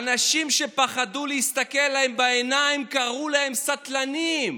האנשים שפחדו להסתכל להם בעיניים קראו להם סטלנים.